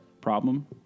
Problem